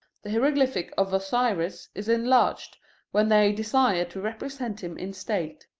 the hieroglyphic of osiris is enlarged when they desire to represent him in state.